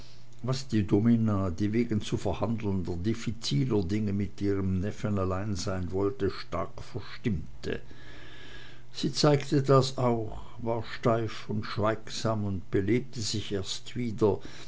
was die domina die wegen zu verhandelnder diffiziler dinge mit ihrem neffen allein sein wollte stark verstimmte sie zeigte das auch war steif und schweigsam und belebte sich erst wieder